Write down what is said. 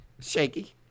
shaky